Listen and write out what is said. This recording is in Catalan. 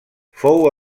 fou